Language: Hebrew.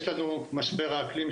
יש לנו את משבר האקלים,